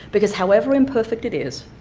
because however imperfect it is,